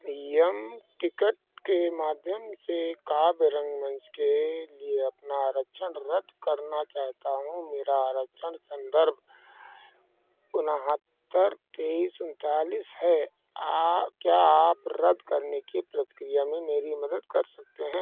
यम ticket के माध्यम से काव्य रंगमंच के लिए अपना आरक्षण रद्द करना चाहता हूँ मेरा आरक्षण संदर्भ उनहत्तर तईस ऊंचालीस है आप क्या आप रद्द करने की प्रतिक्रिया में मेरी मदद कर सकते हैं